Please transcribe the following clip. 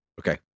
Okay